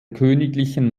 königlichen